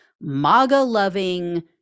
MAGA-loving